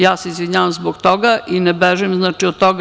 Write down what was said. Ja se izvinjavam zbog toga i ne bežim od toga.